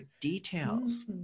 details